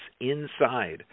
inside